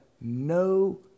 no